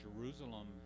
Jerusalem